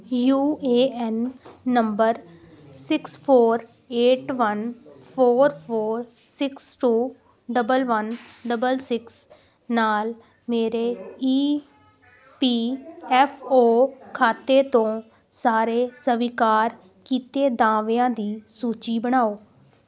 you A N number six four eight one four four six two double one double six ਨਾਲ ਮੇਰੇ E P F O ਖਾਤੇ ਤੋਂ ਸਾਰੇ ਸਵੀਕਾਰ ਕੀਤੇ ਦਾਅਵਿਆਂ ਦੀ ਸੂਚੀ ਬਣਾਓ